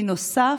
מי נוסף,